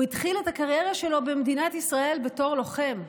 הוא התחיל את הקריירה שלו במדינת ישראל בתור לוחם.